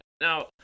Now